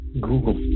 Google